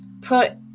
put